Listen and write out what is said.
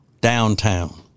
downtown